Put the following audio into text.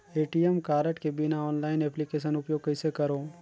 ATM card के बिना online application उपयोग कइसे करो?